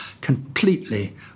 completely